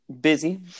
busy